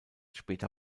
später